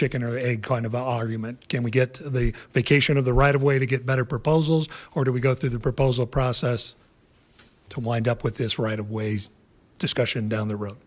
chicken or egg kind of argument can we get the vacation of the right of way to get better proposals or do we go through the proposal process to wind up with this right of ways discussion down the road